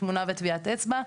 תמונה וטביעת אצבע.